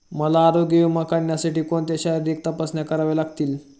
मला आरोग्य विमा काढण्यासाठी कोणत्या शारीरिक तपासण्या कराव्या लागतील?